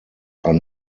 are